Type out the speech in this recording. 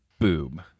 boob